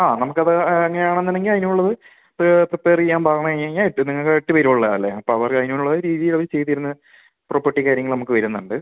ആ നമുക്കത് അങ്ങനെയാണെന്നുണ്ടെങ്കിൽ അതിനുള്ളത് പ്രിപ്പയർ ചെയ്യാൻ പറഞ്ഞുകഴിഞ്ഞാൽ ഇപ്പം നിങ്ങൾക്ക് എട്ടുപേരുള്ളതാണല്ലേ അപ്പം അവർ അതിനുള്ള രീതിയിലവർ ചെയ്തുതരുന്ന പ്രോപ്പർട്ടി കാര്യങ്ങൾ നമുക്ക് വരുന്നുണ്ട്